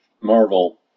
Marvel